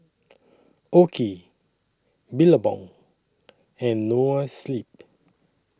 OKI Billabong and Noa Sleep